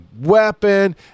weapon